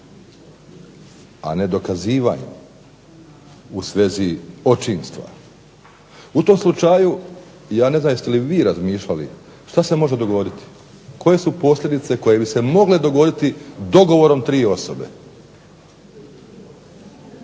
a nedokazivanjem u svezi očinstva u tom slučaju ja ne znam da jeste li vi razmišljali šta se može dogoditi, koje su posljedice koje bi se mogle dogoditi dogovorom tri osobe,